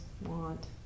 want